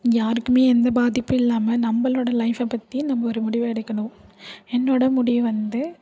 யாருக்குமே எந்த பாதிப்பும் இல்லாமல் நம்மளோட லைஃபை பற்றி நம்ம ஒரு முடிவு எடுக்கணும் என்னோடய முடிவு வந்து